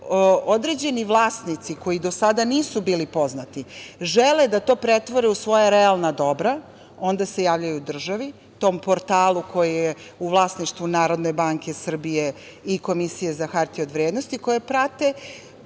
određeni vlasnici, koji do sada nisu bili poznati, žele da to pretvore u svoja realna dobra, onda se javljaju državi, tom portalu koji je u vlasništvu NBS i Komisije za hartije od vrednosti, koji prate,